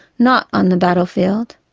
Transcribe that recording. not on the battlefield.